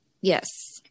yes